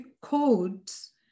codes